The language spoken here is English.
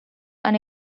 and